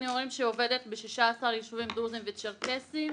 נעורים שעובדת ב-16 יישובים דרוזים וצ'רקסים.